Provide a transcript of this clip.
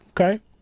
Okay